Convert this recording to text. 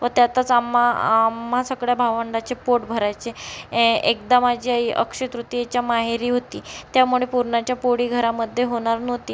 व त्यातच आम्हा आम्हा सगळ्या भावंडांचे पोट भरायचे ए एकदा माझी आई अक्षय तृतीयेच्या माहेरी होती त्यामुळे पुरणाच्या पोळी घरामध्ये होणार नव्हती